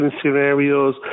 scenarios